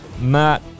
Matt